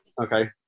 Okay